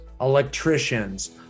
electricians